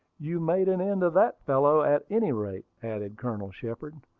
you made an end of that fellow, at any rate, added colonel shepard.